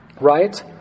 Right